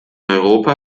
europa